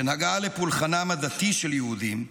שנגעה לפולחנם הדתי של יהודים,